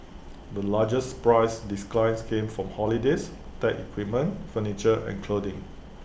the largest price declines came for holidays tech equipment furniture and clothing